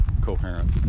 coherent